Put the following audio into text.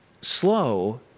slow